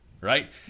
right